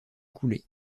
coulées